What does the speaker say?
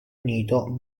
unito